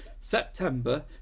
September